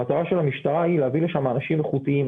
המטרה של המשטרה היא להביא לשם אנשים איכותיים,